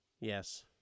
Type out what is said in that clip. Yes